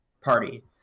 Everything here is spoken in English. party